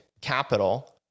capital